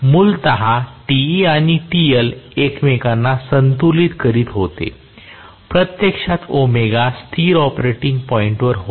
मूलतः Te आणि TL एकमेकांना संतुलित करीत होते प्रत्यक्षात स्थिर ऑपरेटिंग पॉईंटवर होता